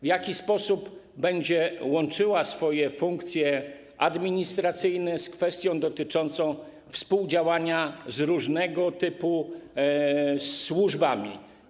W jaki sposób będzie łączyła swoje funkcje administracyjne z kwestią dotyczącą współdziałania z różnego typu służbami?